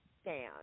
stand